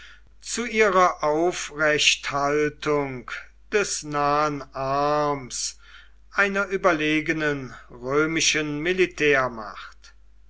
zu ihrer aufrechthaltung des nahen arms einer überlegenen römischen